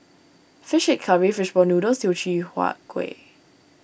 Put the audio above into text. Fish Head Curry Fish Ball Noodles Teochew Huat Kueh